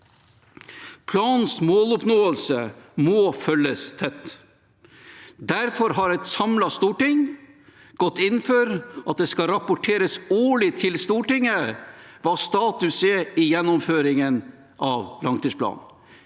Planens måloppnåelse må følges tett. Derfor har et samlet storting gått inn for at det skal rapporteres årlig til Stortinget hva status er i gjennomføringen av langtidsplanen.